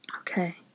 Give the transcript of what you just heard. Okay